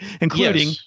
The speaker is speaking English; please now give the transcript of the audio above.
including